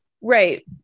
right